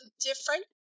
different